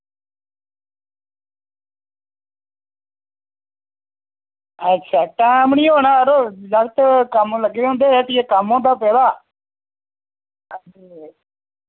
अच्छा तां बी निं होना यरो जागत कम्म लग्गे दे होंदे हट्टिया कम्म होंदा पेदा